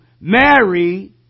Mary